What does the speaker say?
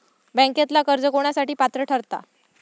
बँकेतला कर्ज कोणासाठी पात्र ठरता?